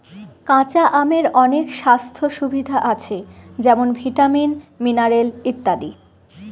কাঁচা আমের অনেক স্বাস্থ্য সুবিধা আছে যেমন ভিটামিন, মিনারেল ইত্যাদি